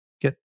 get